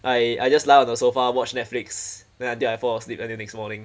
I I just lie on the sofa watch Netflix then until I fall asleep until next morning